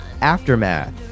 Aftermath